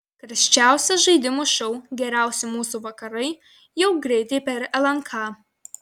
karščiausias žaidimų šou geriausi mūsų vakarai jau greitai per lnk